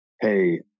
hey